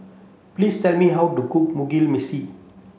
please tell me how to cook Mugi Meshi